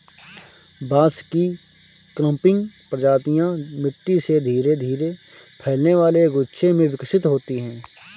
बांस की क्लंपिंग प्रजातियां मिट्टी से धीरे धीरे फैलने वाले गुच्छे में विकसित होती हैं